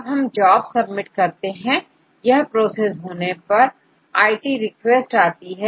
अब हम job submit करते हैं यह प्रोसेस होने पर आईटी रिक्वेस्ट आती है